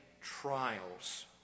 trials